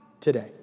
today